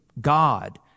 God